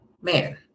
man